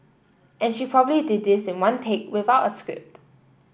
and she probably did this in one take without a script